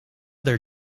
their